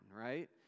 right